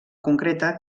concreta